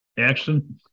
action